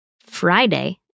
Friday